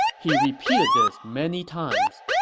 he repeated this many times,